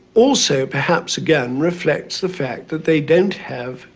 also, perhaps again, reflects the fact that they don't have,